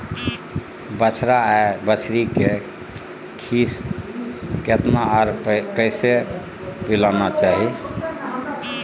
बछरा आर बछरी के खीस केतना आर कैसे पिलाना चाही?